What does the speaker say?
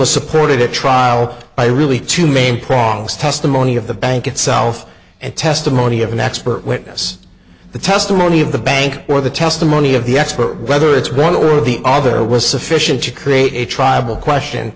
was supported a trial by really two main prongs testimony of the bank itself and testimony of an expert witness the testimony of the bank or the testimony of the expert whether it's one of the other was sufficient to create a tribal question